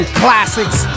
classics